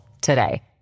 today